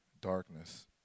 darkness